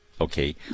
okay